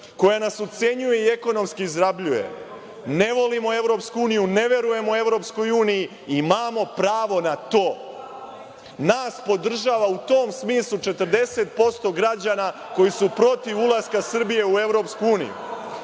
koja nas ucenjuje i ekonomski izrabljuje. Ne volimo Evropsku uniju, ne verujemo Evropskoj uniji, imamo pravo na to. Nas podržava u tom smislu 40% građana koji su protiv ulaska Srbije u Evropsku uniju.I